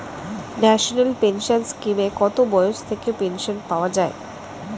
National pension স্কিমে কত বয়স থেকে পেনশন পাওয়া যায়?